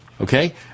okay